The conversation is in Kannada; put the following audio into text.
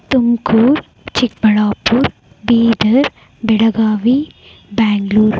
ತುಮಕೂರು ಚಿಕ್ಕಬಳ್ಳಾಪುರ ಬೀದರ್ ಬೆಳಗಾವಿ ಬೆಂಗಳೂರು